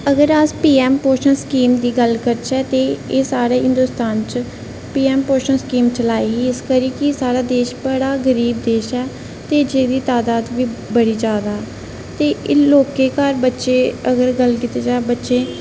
अगर अस PM Poshan scheme दी गल्ल करचै एह् साढ़े हिंदोस्तान च पीएम पोषण स्कीम चलाई ही की इस करियै की साढ़ा देश बड़ा गरीब देश ऐ ते जेह्दी तादाद बी बड़ी जादा त एह् लोकें दे घर बच्चे एह् गल्ल कीती जा बच्चे